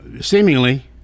seemingly